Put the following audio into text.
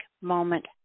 moment